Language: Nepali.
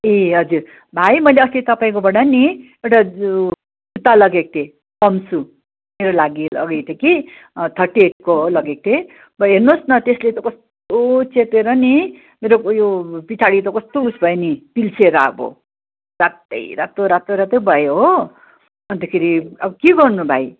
ए हजुर भाइ मैले अस्ति तपाईँकोबाट पनि एउटा उ जुत्ता लगेको थिएँ पम्प सु मेरो लागि लगेको थिएँ कि थर्टी एटको हो लगेको थिएँ भरे हेर्नुहोस् न त्यसले त कस्तो चेपेर नि मेरो उयो पछाडि त कस्तो उस भयो नि पिल्सेर अब रात्तै रातो रातो रातो भयो हो अन्तखेरि अब के गर्नु भाइ